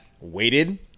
waited